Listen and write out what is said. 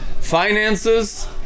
finances